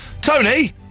Tony